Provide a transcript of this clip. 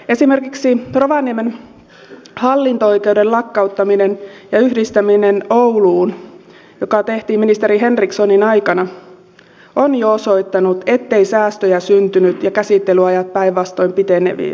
esimerkiksi rovaniemen hallinto oikeuden lakkauttaminen ja yhdistäminen ouluun joka tehtiin ministeri henrikssonin aikana on jo osoittanut että säästöjä ei syntynyt ja käsittelyajat päinvastoin pitenivät